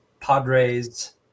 padres